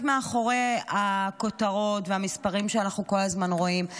מאחורי הכותרות והמספרים שאנחנו כל הזמן רואים.